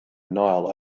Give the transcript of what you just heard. nile